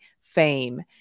fame